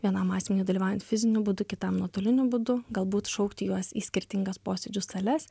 vienam asmeniui dalyvaujant fiziniu būdu kitam nuotoliniu būdu galbūt šaukti juos į skirtingas posėdžių sales